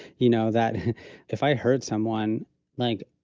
you know, that if i heard someone like,